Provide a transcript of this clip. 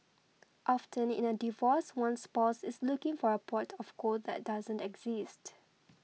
often in a divorce one spouse is looking for a pot of gold that doesn't exist